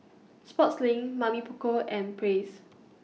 Sportslink Mamy Poko and Praise